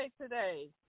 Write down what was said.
today